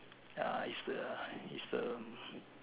uh is the is the